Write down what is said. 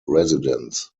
residents